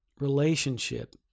relationship